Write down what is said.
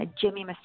Jimmy